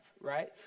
right